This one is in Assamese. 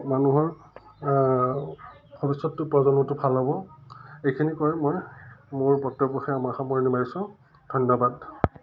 মানুহৰ ভৱিষ্যতটো প্ৰজন্মটো ভাল হ'ব এইখিনি কৈ মই মোৰ বক্তব্য সামা সামৰণি মাৰিছোঁ ধন্যবাদ